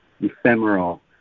ephemeral